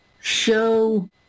show